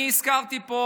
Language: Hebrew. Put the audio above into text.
אני הזכרתי פה